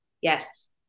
Yes